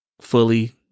fully